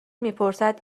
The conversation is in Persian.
میپرسد